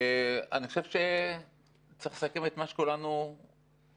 חושב שצריך לסכם את מה שכולנו רואים.